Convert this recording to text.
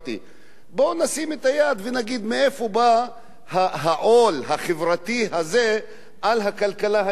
בואו נשים את היד ונגיד מאיפה בא העול החברתי הזה על הכלכלה הישראלית,